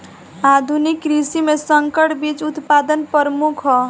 आधुनिक कृषि में संकर बीज उत्पादन प्रमुख ह